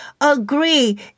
agree